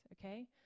okay